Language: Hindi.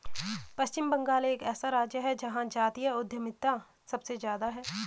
पश्चिम बंगाल एक ऐसा राज्य है जहां जातीय उद्यमिता सबसे ज्यादा हैं